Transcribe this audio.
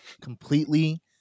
completely